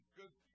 good